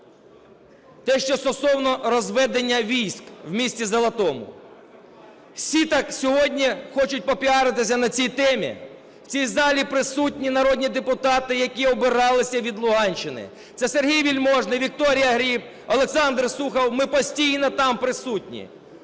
те, що стосовно розведення військ в місті Золотому. Всі так сьогодні хочуть попіаритися на цій темі. В цій залі присутні народні депутати, які обиралися від Луганщини - це Сергій Вельможний, Вікторія Гриб, Олександр Сухов, - ми постійно там присутні.